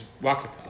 Rocket